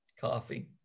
Coffee